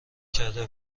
کرده